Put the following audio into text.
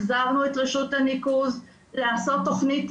החזרנו את רשות הניקוז לעשות תכנית,